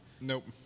nope